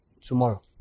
Tomorrow